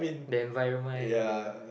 the environment the